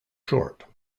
short